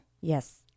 Yes